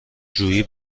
جویی